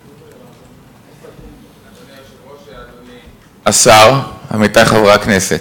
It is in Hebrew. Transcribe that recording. גברתי היושבת-ראש, אדוני השר, עמיתי חברי הכנסת,